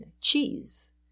Cheese